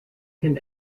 can